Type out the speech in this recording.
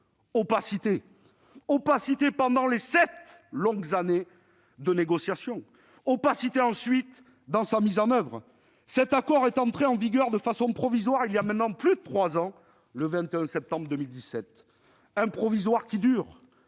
opacité ; opacité pendant les sept longues années de négociations et opacité, ensuite, dans sa mise en oeuvre. En effet, cet accord est entré en vigueur de façon provisoire, il y a maintenant plus de trois ans, le 21 septembre 2017, mais c'est un « provisoire » qui dure